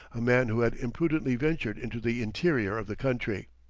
a man who had imprudently ventured into the interior of the country.